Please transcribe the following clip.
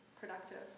productive